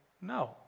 no